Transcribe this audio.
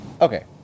Okay